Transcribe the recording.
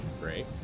Great